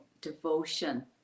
devotion